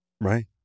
Right